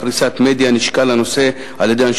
תרשיחא, עוד פעם האדמה של הערבים.